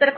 तर